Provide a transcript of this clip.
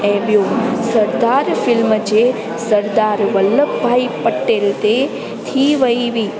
ऐं ॿियो सरदार फ़िल्म जे सरदार वल्लभ भाई पटेल ते थी वेई हुई